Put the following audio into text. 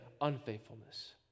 unfaithfulness